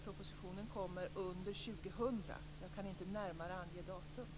Propositionen kommer under 2000. Jag kan inte närmare ange något datum.